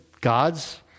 God's